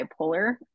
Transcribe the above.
bipolar